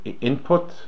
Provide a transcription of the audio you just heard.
input